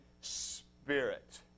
spirit